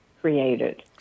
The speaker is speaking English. created